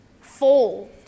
fold